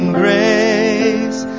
grace